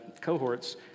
cohorts